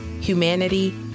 humanity